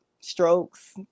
strokes